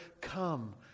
Come